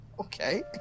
Okay